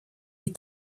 est